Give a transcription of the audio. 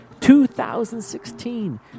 2016